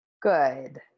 Good